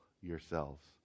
yourselves